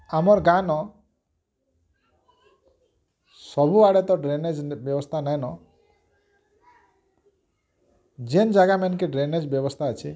ଆମର୍ ଗାଁନ ସବୁଆଡ଼େ ତ ଡ୍ରେନେଜ୍ ବ୍ୟବସ୍ଥା ନାଇନ୍ ଯେନ୍ ଯେଗା ମାନେକେ ଡ୍ରେନେଜ ବ୍ୟବସ୍ଥା ଅଛେ